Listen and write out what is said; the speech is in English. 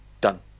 done